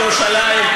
על אחדותה של ירושלים,